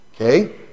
Okay